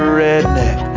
redneck